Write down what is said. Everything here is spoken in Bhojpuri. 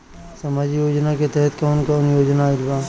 सामाजिक योजना के तहत कवन कवन योजना आइल बा?